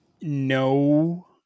no